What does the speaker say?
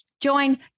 join